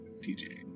TJ